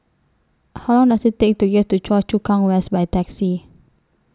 How Long Does IT Take to get to Choa Chu Kang West By Taxi